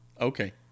Okay